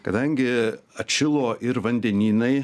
kadangi atšilo ir vandenynai